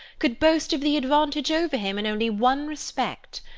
could boast of the advantage over him in only one respect.